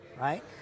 right